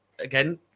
again